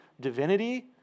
divinity